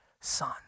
son